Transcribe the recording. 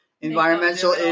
environmental